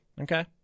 okay